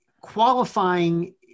qualifying